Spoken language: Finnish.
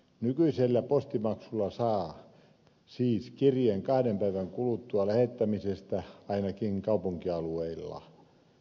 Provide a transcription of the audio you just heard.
nykyisellä postimaksulla saa siis kirjeen kahden päivän kuluttua lähettämisestä ainakin kaupunkialueilla